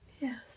Yes